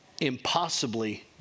impossibly